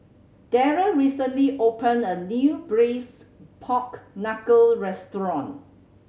Darryll recently opened a new Braised Pork Knuckle restaurant